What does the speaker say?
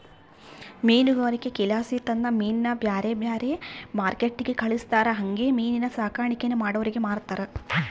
ಮೀನುಗಾರಿಕೆಲಾಸಿ ತಂದ ಮೀನ್ನ ಬ್ಯಾರೆ ಬ್ಯಾರೆ ಮಾರ್ಕೆಟ್ಟಿಗೆ ಕಳಿಸ್ತಾರ ಹಂಗೆ ಮೀನಿನ್ ಸಾಕಾಣಿಕೇನ ಮಾಡೋರಿಗೆ ಮಾರ್ತಾರ